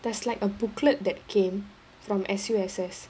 there's like a booklet that came from S_U_S_S